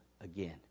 again